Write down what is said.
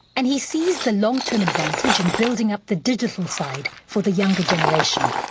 and he sees the long-term advantage in building up the digital side for the younger generation.